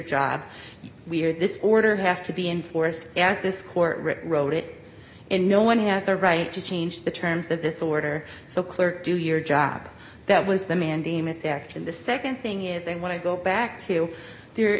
job we are this order has to be enforced as this court road it and no one has a right to change the terms of this order so clearly do your job that was the mandamus action the nd thing is they want to go back to there